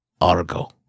Argo